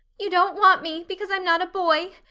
you don't want me because i'm not a boy!